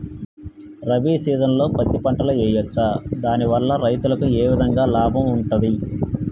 రబీ సీజన్లో పత్తి పంటలు వేయచ్చా దాని వల్ల రైతులకు ఏ విధంగా లాభం ఉంటది?